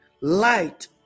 light